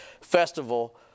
festival